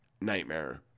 Nightmare